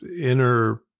inner